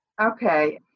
Okay